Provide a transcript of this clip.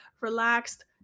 relaxed